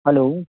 hello